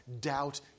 doubt